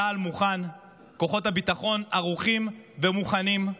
צה"ל מוכן, כוחות הביטחון ערוכים ומוכנים,